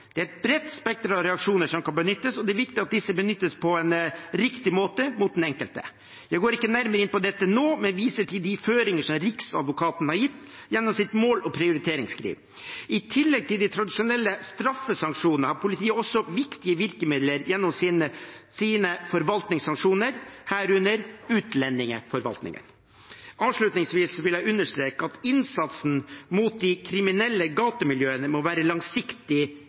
Det er et bredt spekter av reaksjoner som kan benyttes, og det er viktig at disse benyttes på riktig måte mot den enkelte. Jeg går ikke nærmere inn på dette nå, men viser til de føringer som Riksadvokaten har gitt gjennom sitt mål- og prioriteringsskriv. I tillegg til de tradisjonelle straffesanksjonene har politiet også viktige virkemidler gjennom sine forvaltningssanksjoner, herunder utlendingsforvaltningen. Avslutningsvis vil jeg understreke at innsatsen mot de kriminelle gatemiljøene må være langsiktig